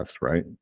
right